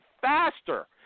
faster